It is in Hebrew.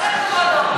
כל הכבוד, אורלי.